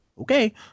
Okay